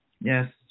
Yes